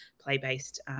play-based